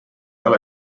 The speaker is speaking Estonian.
ole